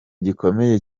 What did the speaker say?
gikomeye